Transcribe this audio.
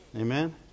Amen